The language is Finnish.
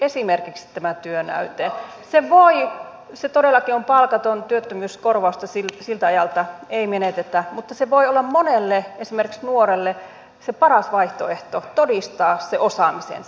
esimerkiksi tämä työnäyte on todellakin palkaton työttömyyskorvausta siltä ajalta ei menetetä mutta se voi olla monelle esimerkiksi nuorelle se paras vaihtoehto todistaa se osaamisensa